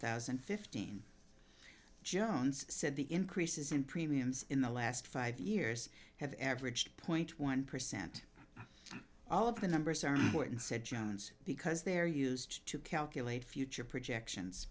thousand and fifteen jones said the increases in premiums in the last five years have averaged point one percent all of the numbers are important said jones because they're used to calculate future projections